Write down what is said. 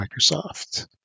Microsoft